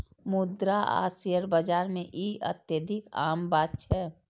मुद्रा आ शेयर बाजार मे ई अत्यधिक आम बात छै